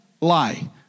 lie